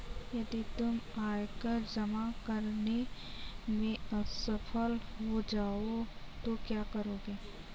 यदि तुम आयकर जमा करने में असफल हो जाओ तो क्या करोगे?